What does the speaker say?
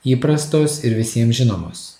įprastos ir visiem žinomos